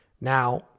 Now